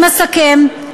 אם אסכם,